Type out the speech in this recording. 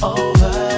over